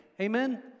amen